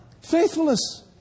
Faithfulness